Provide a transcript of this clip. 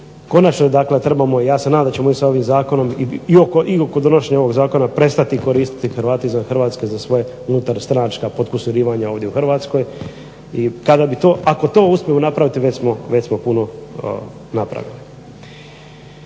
Konačno dakle trebamo ja se nadam da ćemo ovim zakonom i oko donošenja ovog zakona prestati koristiti Hrvate izvan HRvatske za svoja unutarstranačka potkusurivanja ovdje u Hrvatskoj. Ako to uspijemo napraviti već smo puno napravili.